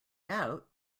out